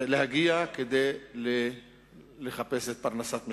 להגיע כדי לחפש את פרנסת משפחתו.